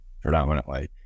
predominantly